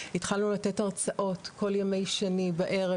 לתת הרצאות כל ימי שני בערב.